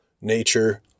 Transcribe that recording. nature